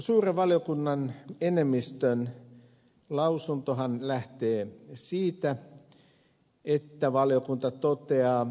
suuren valiokunnan enemmistön lausuntohan lähtee siitä että valiokunta toteaa